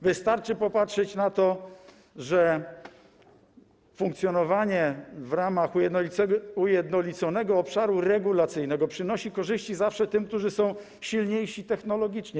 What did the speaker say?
Wystarczy bowiem popatrzeć na to, że funkcjonowanie w ramach ujednoliconego obszaru regulacyjnego przynosi większe korzyści zawsze tym, którzy są silniejsi technologicznie.